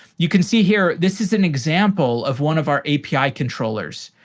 you can see here, this is an example of one of our api controllers.